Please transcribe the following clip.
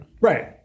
Right